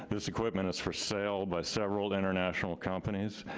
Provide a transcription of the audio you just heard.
this equipment is for sale by several international companies,